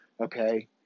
okay